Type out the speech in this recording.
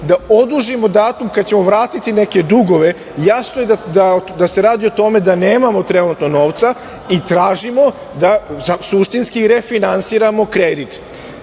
da odužimo datum kada ćemo vratiti neke dugove jasno je da se radi o tome da nemamo trenutno novca i tražimo, suštinski refinansiramo kredit.